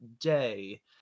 day